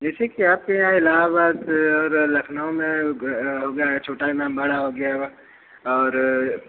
जैसे कि आपके यहाँ इलाहाबाद और लखनऊ में छोटा इमाम बाड़ा हो गया और